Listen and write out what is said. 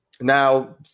now